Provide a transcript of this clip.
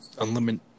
unlimited